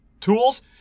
tools